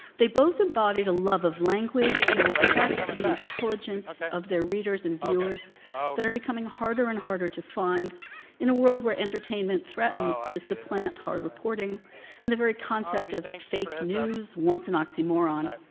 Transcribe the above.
they both embodied a love of language and respect for the intelligence of their readers and viewers that are becoming harder and harder to find in a world where entertainment threatens to supplant hard reporting and the very concept of fake news, once an oxymoron,